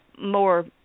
more